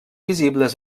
visibles